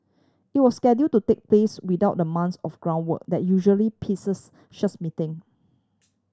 it was schedule to take place without the months of groundwork that usually precedes such meeting